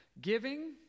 Giving